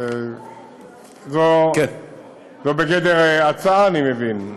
זה בגדר הצעה, אני מבין.